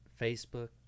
Facebook